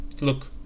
look